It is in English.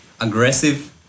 aggressive